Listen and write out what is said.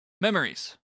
Memories